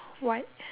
white